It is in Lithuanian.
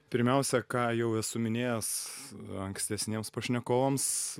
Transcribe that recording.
pirmiausia ką jau esu minėjęs ankstesniems pašnekovams